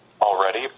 already